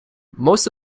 most